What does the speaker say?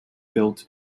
built